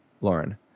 lauren